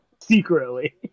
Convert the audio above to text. Secretly